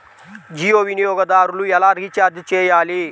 జియో వినియోగదారులు ఎలా రీఛార్జ్ చేయాలి?